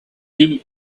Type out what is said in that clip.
him